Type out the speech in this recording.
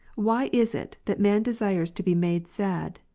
why is it, that man desires to be made sad,